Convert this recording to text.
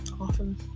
often